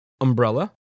umbrella